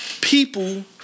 people